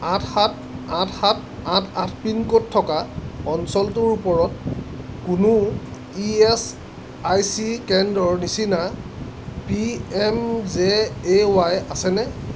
আঠ সাত আঠ সাত আঠ আঠ পিনক'ড থকা অঞ্চলটোৰ ওপৰত কোনো ই এচ আই চি কেন্দ্ৰৰ নিচিনা P M J A Y আছেনে